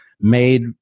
made